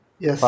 Yes